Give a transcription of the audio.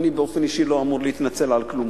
אני באופן אישי לא אמור להתנצל על כלום,